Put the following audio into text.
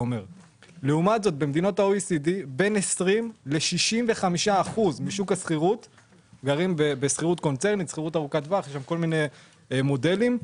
במדינות ה-OECD בין 20% ל-65% גרים בשכירות ארוכת טווח בכל מיני מודלים.